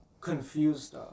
confused